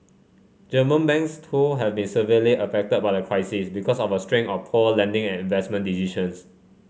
German banks too have been severely affected by the crisis because of a string of poor lending and investment decisions